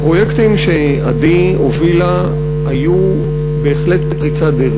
הפרויקטים שעדי הובילה היו בהחלט פריצת דרך,